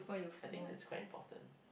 I think it's quite important